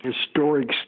historic